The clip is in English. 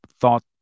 thought